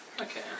Okay